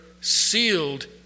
sealed